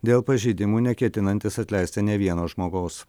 dėl pažeidimų neketinantis atleisti nei vieno žmogaus